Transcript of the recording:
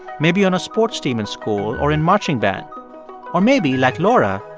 maybe on a sports team in school or in marching band or maybe, like laura,